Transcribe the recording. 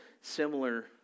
similar